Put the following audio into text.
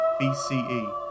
BCE